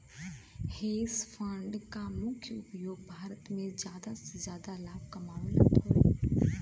hedge fund क मुख्य उपयोग बाजार में जादा से जादा लाभ कमावल हउवे